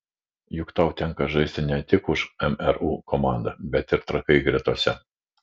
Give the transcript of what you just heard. juk tau tenka žaisti ne tik už mru komandą bet ir trakai gretose